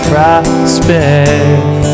Prospect